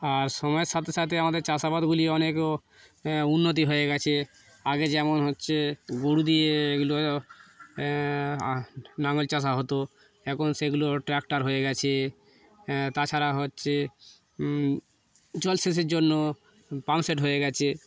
আর সময়ের সাথে সাথে আমাদের চাষ আবাদগুলি অনেকও উন্নতি হয়ে গিয়েছে আগে যেমন হচ্ছে গরু দিয়ে এগুলো লাঙল চাষা হতো এখন সেগুলো ট্র্যাক্টর হয়ে গিয়েছে তাছাড়া হচ্ছে জলসেচের জন্য পাম্পসেট হয়ে গিয়েছে